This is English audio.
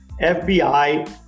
FBI